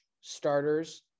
starters